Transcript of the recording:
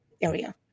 area